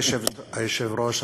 כבוד היושב-ראש,